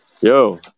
Yo